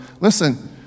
listen